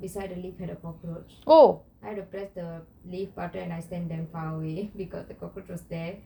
beside the lift had a cockroach I had to press the lift button and stand damn far away because the cockroach was there